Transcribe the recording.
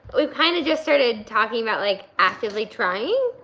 we've kind of just started talking about like actively trying,